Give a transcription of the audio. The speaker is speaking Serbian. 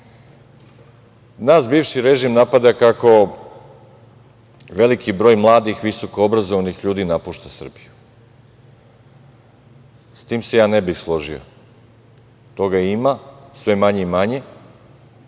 Nas bivši režim napada kako veliki broj mladih visokoobrazovanih ljudi napušta Srbiju. Sa tim se ja ne bih složio. Toga ima sve manje i manje,